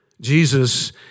Jesus